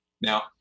Now